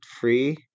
free